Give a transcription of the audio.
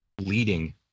leading